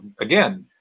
again